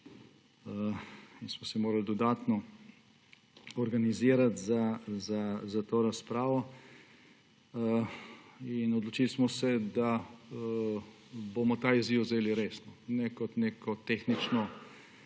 smo se dodatno organizirati za to razpravo. Odločili smo se, da bomo ta izziv vzeli resno, ne kot nek tehnični